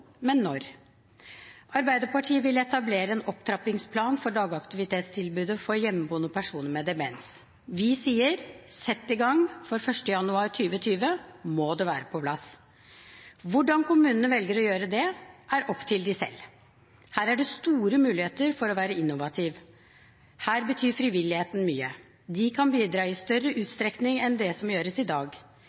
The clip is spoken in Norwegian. men når. Arbeiderpartiet vil etablere en opptrappingsplan for dagaktivitetstilbudet for hjemmeboende personer med demens. Vi sier: Sett i gang – for 1. januar 2020 må det være på plass. Hvordan kommunene velger å gjøre det, er opp til dem selv. Her er det store muligheter for å være innovativ. Her betyr frivilligheten mye. De kan bidra i større utstrekning enn det som gjøres i dag